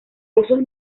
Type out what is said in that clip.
usos